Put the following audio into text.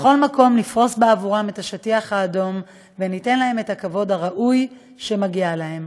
בכל מקום נפרוס בעבורם את השטיח האדום וניתן להם את הכבוד שמגיע להם.